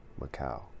Macau